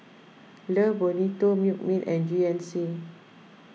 Love Bonito Milkmaid and G N C